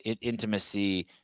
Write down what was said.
Intimacy